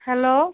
hello